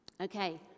Okay